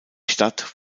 stadt